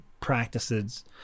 practices